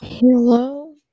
Hello